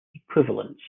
equivalence